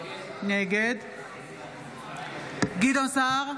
נגד גדעון סער,